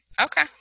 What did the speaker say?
okay